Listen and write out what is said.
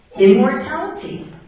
immortality